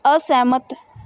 ਅਸਹਿਮਤ